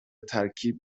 ترکیب